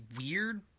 weird